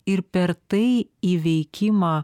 ir per tai įveikimą